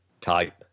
type